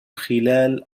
خلال